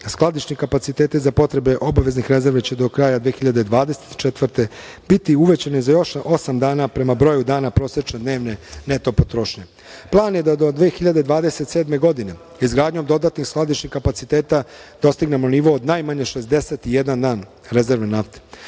skladišni kapaciteti za potrebe obaveznih rezervi će do kraja 2024. godine biti uvećani za još osam dana, prema broju dana prosečne dnevne neto potrošnje. Plan je da do 2027. godine, izgradnjom dodatnih skladišnih kapaciteta, dostignemo nivo od najmanje 61 dan rezervi nafte.